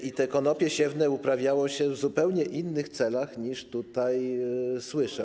I te konopie siewne uprawiało się w zupełnie innych celach, niż tutaj słyszę.